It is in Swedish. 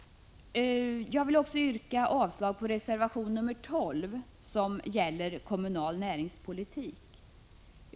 Jag vill yrka avslag också på reservation nr 12, som gäller kommunal näringspolitik.